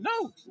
no